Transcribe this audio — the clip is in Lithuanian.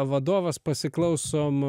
vadovas pasiklausom